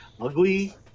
ugly